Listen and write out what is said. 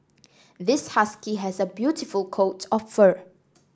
this husky has a beautiful coat of fur